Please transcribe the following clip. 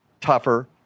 tougher